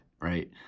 right